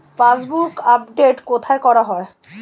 Passbook update কোথায় করা হয়?